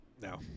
No